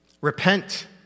Repent